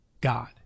God